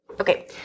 okay